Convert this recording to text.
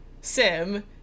Sim